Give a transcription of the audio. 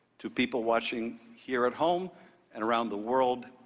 to people watching here at home and around the world,